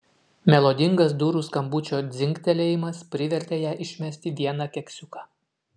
melodingas durų skambučio dzingtelėjimas privertė ją išmesti vieną keksiuką